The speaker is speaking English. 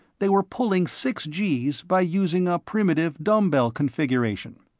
they were pulling six gees by using a primitive dumbbell configuration.